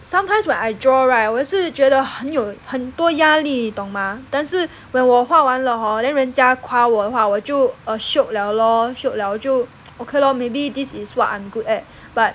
sometimes when I draw right 我也是觉得很有很多压力你懂 mah 但是 when 我画完了 hor then 人家夸我的话我就 err shiok liao shiok liao 我就 okay lor maybe this is what I'm good at but